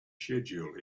schedule